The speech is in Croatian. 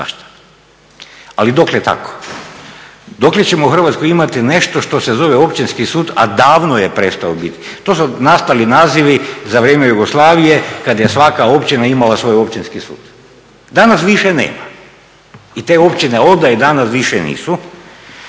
Ali dokle tako? Dokle ćemo u Hrvatskoj imati nešto što se zove Općinski sud, a davno je prestao biti. To su nastali nazivi za vrijeme Jugoslavije kada je svaka općina imala svoj općinski sud. Danas više nema i te općine … danas više nisu